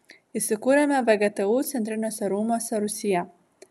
įsikūrėme vgtu centriniuose rūmuose rūsyje